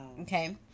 Okay